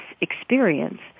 experience